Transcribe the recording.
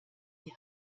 die